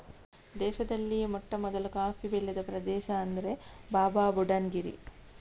ದೇಶದಲ್ಲಿಯೇ ಮೊಟ್ಟಮೊದಲು ಕಾಫಿ ಬೆಳೆದ ಪ್ರದೇಶ ಅಂದ್ರೆ ಬಾಬಾಬುಡನ್ ಗಿರಿ